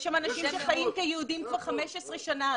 יש שם אנשים שחיים כיהודים כבר 15 שנה.